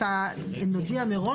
נודיע מראש.